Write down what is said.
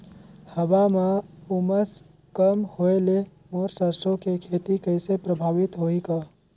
हवा म उमस कम होए ले मोर सरसो के खेती कइसे प्रभावित होही ग?